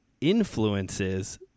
influences